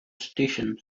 station